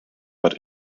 but